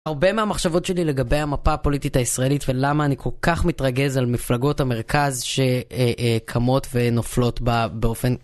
הרבה מהמחשבות שלי לגבי המפה הפוליטית הישראלית ולמה אני כל כך מתרגז על מפלגות המרכז שקמות ונופלות באופן...